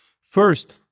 First